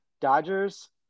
Dodgers